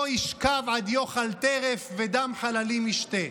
לא ישכב עד יאכל טרף ודם חללים ישתה".